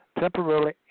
temporarily